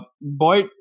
Boy